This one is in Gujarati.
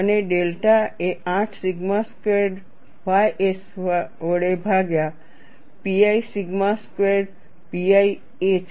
અને ડેલ્ટા એ 8 સિગ્મા સ્ક્વેરર્ડ ys વડે ભાગ્યા pi sigma squared pi a છે